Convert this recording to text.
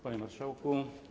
Panie Marszałku!